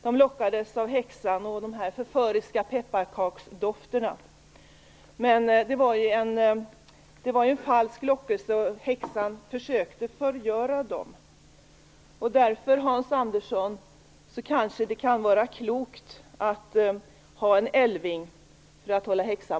De lockades av häxan och de förföriska pepparkaksdofterna. Men det var en falsk lockelse, och häxan försökte förgöra dem. Därför, Hans Andersson, kanske det kan vara klokt att ha en